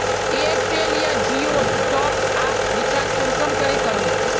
Airtel या जियोर top आप रिचार्ज कुंसम करे करूम?